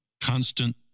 constant